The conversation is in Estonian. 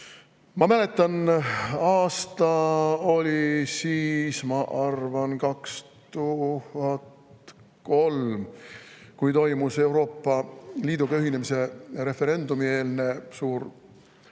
Ma mäletan, aasta oli siis, ma arvan, 2003, kui Euroopa Liiduga ühinemise referendumi eel toimus